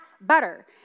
butter